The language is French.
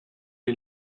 est